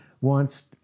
wants